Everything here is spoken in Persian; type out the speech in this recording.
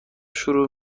شروع